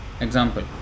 example